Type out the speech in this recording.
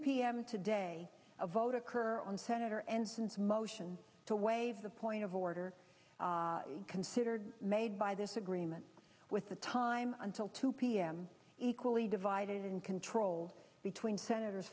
m today a vote occur on senator ensign's motion to waive the point of order considered made by this agreement with the time until two p m equally divided in control between senators